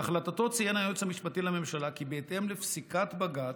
בהחלטתו ציין היועץ המשפטי לממשלה כי בהתאם לפסיקת בג"ץ,